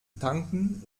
tanken